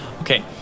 okay